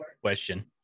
question